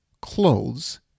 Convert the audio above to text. clothes